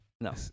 No